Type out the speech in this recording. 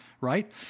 right